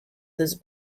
this